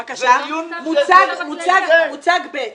בבקשה, מוצג ב'.